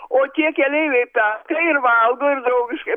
o tie keleiviai perka ir valgo ir draugiškai